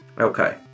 Okay